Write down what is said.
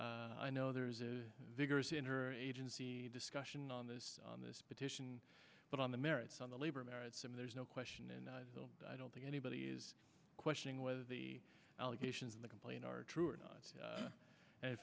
i know there's a vigorous in her agency discussion on this on this petition but on the merits on the labor merits and there's no question and i don't think anybody is questioning whether the allegations in the complain are true or not and in